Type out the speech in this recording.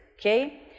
okay